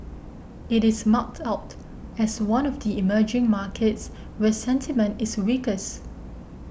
it is marked out as one of the emerging markets where sentiment is weakest